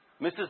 Mrs